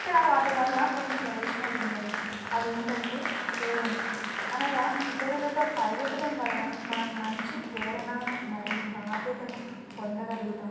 ఇక్కడ వాటి వల్ల కొన్ని ప్రయోజనాలు ఉన్నవి అవేంటంటే ప్రేరణ అనగా ఇతరులతో పరిగెత్తడం వలన మనం మంచి ప్రేరణను మరియు బాధ్యతను పొందగలుగుతాం